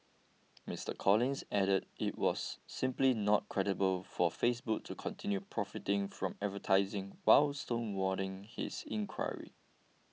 Mister Collins added it was simply not credible for Facebook to continue profiting from advertising while stonewalling his inquiry